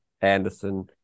Anderson